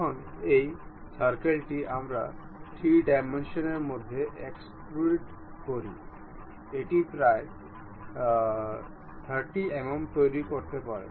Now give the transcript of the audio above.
এখন এই সার্কেলটি আমরা 3 ডাইমেনশনের মধ্যে এক্সট্রুড করি এটি প্রায় 30 mm তৈরি করতে পারে